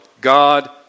God